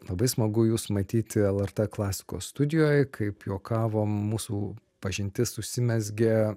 labai smagu jus matyti lrt klasikos studijoj kaip juokavo mūsų pažintis užsimezgė